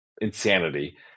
insanity